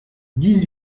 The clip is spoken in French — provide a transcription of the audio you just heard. dix